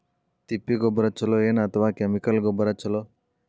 ತಿಪ್ಪಿ ಗೊಬ್ಬರ ಛಲೋ ಏನ್ ಅಥವಾ ಕೆಮಿಕಲ್ ಗೊಬ್ಬರ ಛಲೋ?